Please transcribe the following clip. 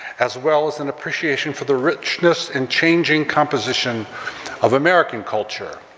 as well as an appreciation for the richness and changing composition of american culture.